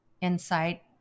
insight